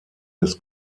des